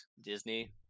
Disney